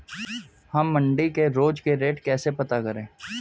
हम मंडी के रोज के रेट कैसे पता करें?